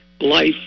life